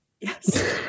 yes